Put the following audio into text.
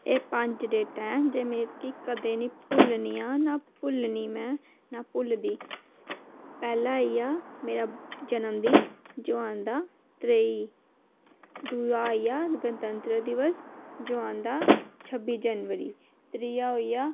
एह् पंज डेटां ऐ जे मिकी कदें निं भुल्लनियां ना भुल्लनी मैं ना भुल्लदी पैह्ला आई गेआ मेरा जन्मदिन जो आंदा त्रेई दूआ आई गेआ गणतंत्र दिवस जो आंदा छब्बी जनवरी त्रीआ होई गेआ